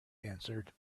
answered